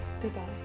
Goodbye